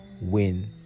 win